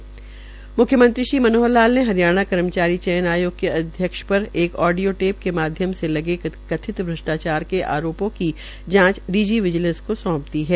हरियाणा के म्ख्यमंत्री श्री मनोहर लाल ने हरियाणा कर्मचारी चयन आयोग के अध्यक्ष पर आडियो टेप के माध्यम से लगे कथित श्रष्टाचार के आरोपों की जांच डी जी विजीलेंस को सौंप दी है